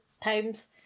times